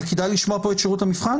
אבל כדאי לשמוע פה את שירות המבחן?